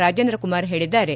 ರಾಜೇಂದ್ರ ಕುಮಾರ್ ಹೇಳಿದ್ದಾರೆ